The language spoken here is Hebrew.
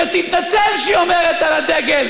שתתנצל שהיא אומרת על הדגל,